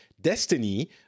destiny